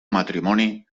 matrimoni